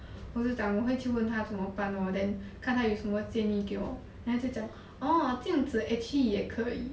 就是讲我会去问他真么办 lor then 看他有什么建议给我 lor then 他就讲 orh 这样子 actually 也可以